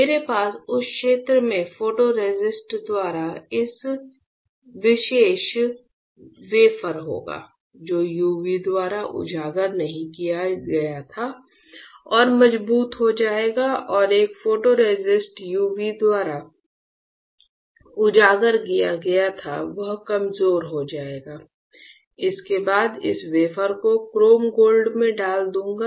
मेरे पास उस क्षेत्र में फोटोरेसिस्ट द्वारा यह विशेष वेफर होगा जो यूवी द्वारा उजागर नहीं किया गया था और मजबूत हो जाएगा और एक फोटोरेसिस्ट UV द्वारा उजागर किया गया था वह कमजोर हो जाएगा इसके बाद इस वेफर को क्रोम गोल्ड में डाल दूंगा